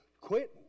quit